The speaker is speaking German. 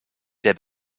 der